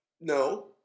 No